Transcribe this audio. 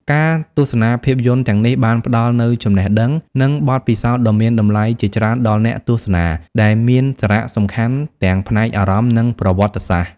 ការទស្សនាភាពយន្តទាំងនេះបានផ្ដល់នូវចំណេះដឹង និងបទពិសោធន៍ដ៏មានតម្លៃជាច្រើនដល់អ្នកទស្សនា ដែលមានសារៈសំខាន់ទាំងផ្នែកអារម្មណ៍ និងប្រវត្តិសាស្ត្រ។